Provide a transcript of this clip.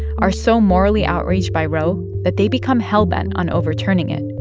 are so morally outraged by roe that they become hellbent on overturning it.